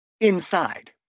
inside